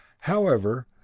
however,